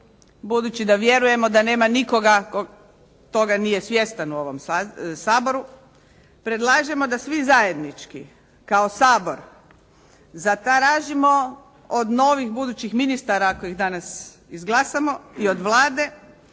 budući da vjerujemo da nema nikoga tko toga nije svjestan u ovom Saboru. Predlažemo da svi zajednički kao Sabor zatražimo od novih, budućih ministara ako ih danas izglasamo i od Vlade